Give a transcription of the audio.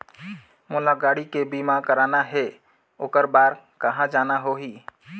मोला गाड़ी के बीमा कराना हे ओकर बार कहा जाना होही?